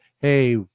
Hey